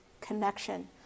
connection